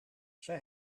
zij